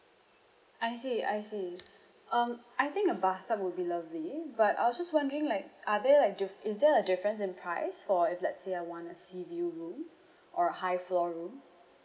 I see I see um I think a bathtub would be lovely but I was just wondering like are there like diff~ is there a difference in price for if let's say I want a sea view room or a high floor room